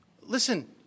listen